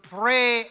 pray